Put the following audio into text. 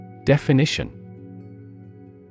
Definition